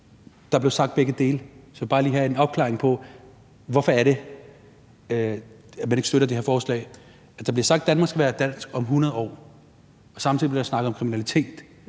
Der blev sagt begge dele. Så jeg vil bare lige have en afklaring af, hvorfor det er, at man ikke støtter det her forslag. Altså, der bliver sagt, at Danmark skal være dansk om 100 år, og samtidig bliver der snakket om kriminalitet.